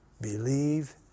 believe